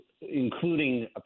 including